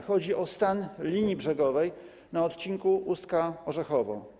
Chodzi o stan linii brzegowej na odcinku Ustka - Orzechowo.